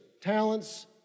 talents